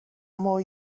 more